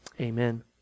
Amen